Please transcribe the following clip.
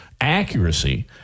accuracy